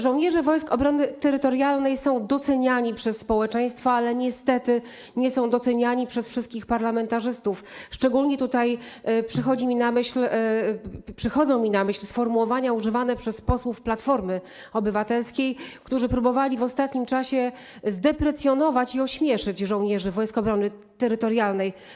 Żołnierze Wojsk Obrony Terytorialnej są doceniani przez społeczeństwo, ale niestety nie są doceniani przez wszystkich parlamentarzystów, szczególnie przychodzą mi na myśl sformułowania używane przez posłów Platformy Obywatelskiej, którzy próbowali w ostatnim czasie zdeprecjonować i ośmieszyć żołnierzy Wojsk Obrony Terytorialnej.